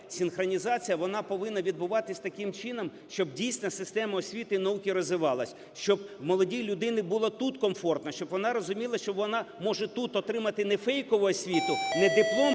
синхронізація вона повинна відбуватись таким чином, щоб, дійсно, система освіти і науки розвивалась, щоб молодій людині було тут комфортно, щоб вона розуміла, що вона може тут отримати не фейкову освіту, не диплом